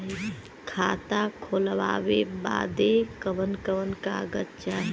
खाता खोलवावे बादे कवन कवन कागज चाही?